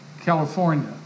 California